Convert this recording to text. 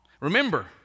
Remember